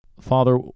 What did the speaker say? Father